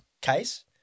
case